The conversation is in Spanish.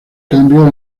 cambios